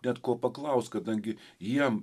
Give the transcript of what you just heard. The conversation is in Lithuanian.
net ko paklaust kadangi jiem